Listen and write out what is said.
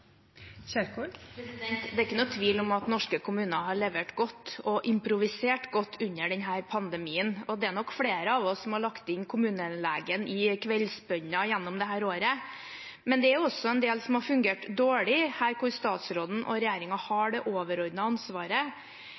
Kjerkol – til oppfølgingsspørsmål. Det er ingen tvil om at norske kommuner har levert godt og improvisert godt under denne pandemien, og det er nok flere av oss som har lagt inn kommunelegen i kveldsbønnen gjennom dette året. Men det er også en del som har fungert dårlig der statsråden og regjeringen har det overordnede ansvaret.